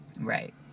Right